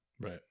right